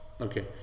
Okay